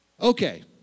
Okay